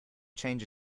change